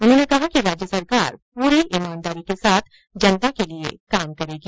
उन्होंने कहा कि राज्य सरकार पूरी ईमानदारी के साथ जनता के लिए काम करेगी